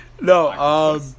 No